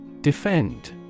Defend